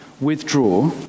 withdraw